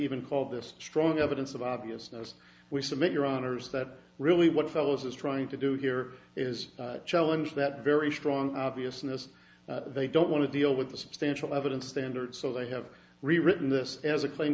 even call this strong evidence of obviousness we submit your honour's that really what follows is trying to do here is challenge that very strong obviousness they don't want to deal with the substantial evidence standard so they have rewritten this as a claim